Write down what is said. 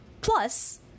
plus